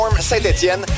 Saint-Étienne